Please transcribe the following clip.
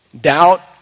doubt